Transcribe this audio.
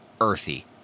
earthy